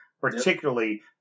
Particularly